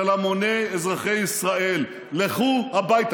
של המוני אזרחי ישראל: לכו הביתה.